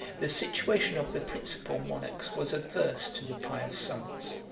the situation of the principal monarchs was averse to the pious summons.